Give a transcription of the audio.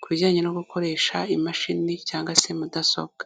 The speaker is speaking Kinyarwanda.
ku bijyanye no gukoresha imashini cyangwa se mudasobwa.